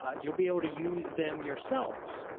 ah you'll be able to use them yourselves